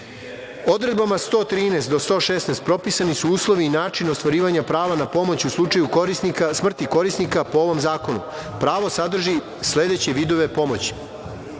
od 113. do 116. propisni su uslovi i način ostvarivanja prava na pomoć u slučaju smrti korisnika po ovom zakonu. Pravo sadrži sledeće vidove pomoći: